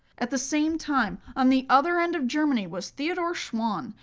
at the same time, on the other end of germany was theodor schwann,